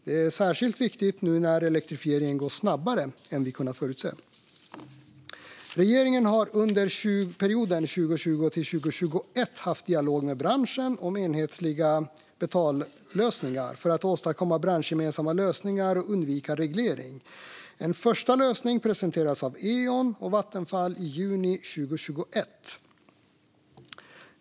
Det är särskilt viktigt nu när elektrifieringen går snabbare än vi kunnat förutse. Regeringen har under perioden 2020-2021 haft dialog med branschen om enhetliga betallösningar för att åstadkomma branschgemensamma lösningar och undvika reglering. En första lösning presenterades av Eon och Vattenfall i juni 2021.